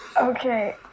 Okay